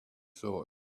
thought